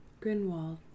Grinwald